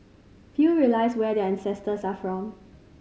few realise where their ancestors are from